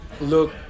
look